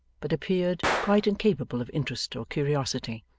but appeared quite incapable of interest or curiosity.